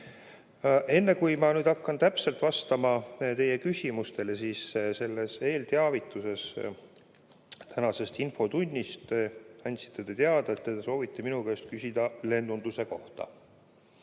Enne kui ma hakkan vastama teie küsimustele, siis selles eelteavituses tänasest infotunnist te andsite teada, et te soovite minu käest küsida lennunduse kohta.